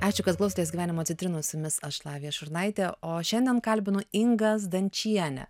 ačiū kas klausotės gyvenimo citrinų su jumis aš lavija šurnaitė o šiandien kalbinu ingą zdančienę